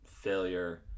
failure